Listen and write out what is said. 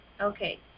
Okay